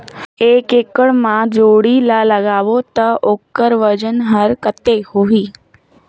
एक एकड़ मा जोणी ला लगाबो ता ओकर वजन हर कते होही?